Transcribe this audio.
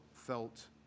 felt